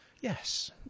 yes